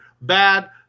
bad